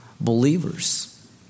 believers